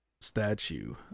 statue